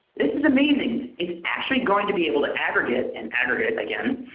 this is amazing. it's actually going to be able to aggregate and aggregate again,